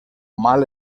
mal